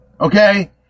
okay